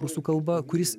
rusų kalba kuris